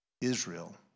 Israel